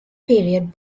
period